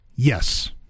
yes